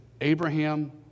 Abraham